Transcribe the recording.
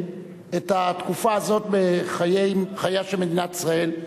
את התקופה הזאת בחייה של מדינת ישראל,